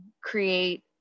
create